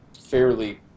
fairly